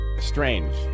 Strange